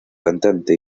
cantante